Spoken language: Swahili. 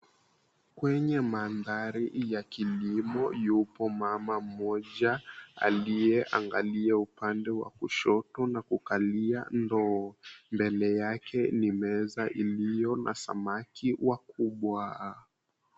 Kwenye mandhari ya kilimo, yupo mama mmoja aliyeangalia upande wa kushoto na kukalia ndoo. Mbele yake ni meza iliyo na samaki wakubwa.